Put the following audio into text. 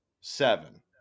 seven